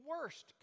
worst